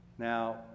Now